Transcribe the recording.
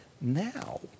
now